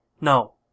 No